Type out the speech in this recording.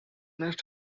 next